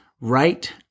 right